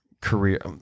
career –